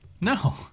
No